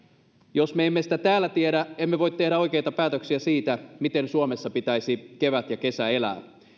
jos me emme sitä täällä tiedä emme voi tehdä oikeita päätöksiä siitä miten suomessa pitäisi kevät ja kesä elää